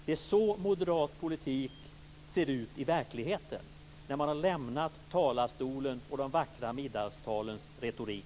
Det är så moderat politik ser ut i verkligheten när man har lämnat talarstolen och de vackra middagstalens retorik.